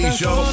show